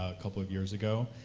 ah couple of years ago,